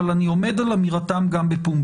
אבל אני עומד על אמירתם גם בפומבי.